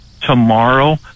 tomorrow